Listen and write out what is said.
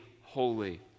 holy